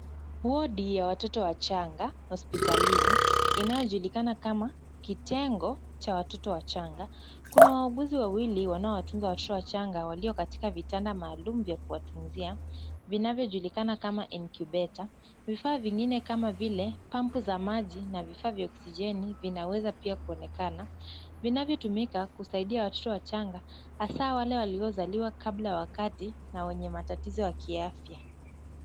Wodi ya watoto wachanga hospitalini inayojulikana kama kitengo cha watoto wachanga. Kuna wauguzi wawili wanaotunza watoto wachanga walio katika vitanda maalum vya kuwatunzia vinavyojulikana kama incubator . Vifaa vingine kama vile pampu za maji na vifaa vya oksijeni vinaweza pia kuonekana, vinavyotumika kusaidia watoto wachanga hasa wale waliozaliwa kabla ya wakati na wenye matatizo ya kiafya.